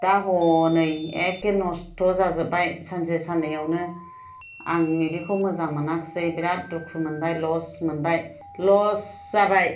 दा हनै एखे नस्थ' जाजोबबाय सानसे साननैआवनो आं बिदिखौ मोजां मोनाखिसै बिराद दुखु मोनबाय लस मोनबाय लस जाबाय